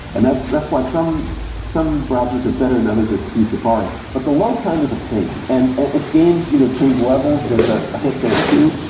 and that's that's why some some browsers are better than others at ski safari, but the load time is a pain and if games you know change levels, there's a hit there too.